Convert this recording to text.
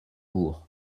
bourg